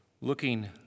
Looking